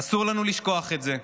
אסור לנו לשכוח את זה.